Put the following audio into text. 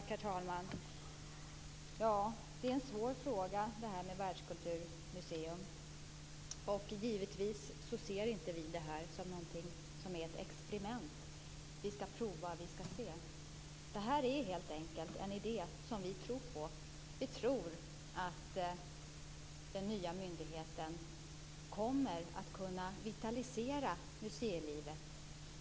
Herr talman! Ett Världskulturmuseum är en svår fråga. Givetvis ser vi inte det som ett experiment, något vi skall prova för att få se. Det är en idé som vi tror på. Vi tror att den nya myndigheten kommer att kunna vitalisera museilivet.